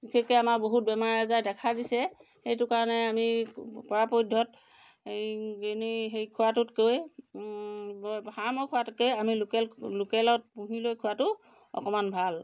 বিশেষকৈ আমাৰ বহুত বেমাৰ আজাৰ দেখা দিছে সেইটো কাৰণে আমি পৰাপক্ষত এই কিনি সেই খোৱাটোতকৈ ফাৰ্মৰ খোৱাটোতকৈ আমি লোকেল লোকেলত পুহি লৈ খোৱাটো অকণমান ভাল